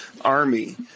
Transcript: Army